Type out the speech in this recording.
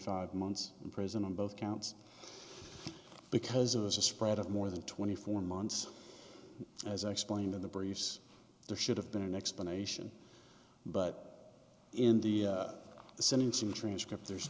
five months in prison on both counts because of the spread of more than twenty four months as i explained in the briefs there should have been an explanation but in the setting some transcript there's